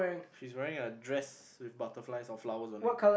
she's wearing a dress with butterfly or flowers on it